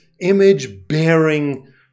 image-bearing